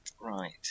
Right